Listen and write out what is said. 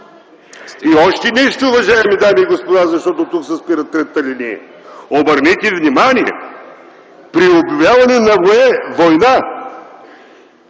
И още нещо, уважаеми дами и господа, защото тук се спират на третата алинея. Обърнете внимание – при обявяване на война,